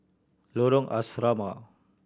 Lorong Asrama